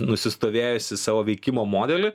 nusistovėjusį savo veikimo modelį